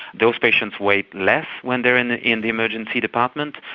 those patients wait less when they are in the in the emergency department,